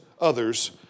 others